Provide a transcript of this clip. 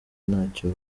ntacyo